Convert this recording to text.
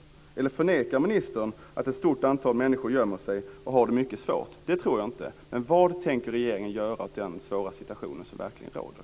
Eller förnekar ministern att ett stort antal människor gömmer sig och har det mycket svårt? Det tror jag inte. Men vad tänker regeringen göra åt den svåra situation som verkligen råder?